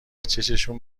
چششون